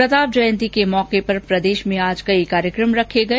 प्रताप जयंती के मौके पर प्रदेश में आज कई कार्यक्रम रखे गए